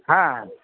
হ্যাঁ